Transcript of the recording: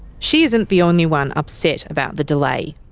she isn't the only one upset about the delay.